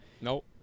Nope